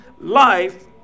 life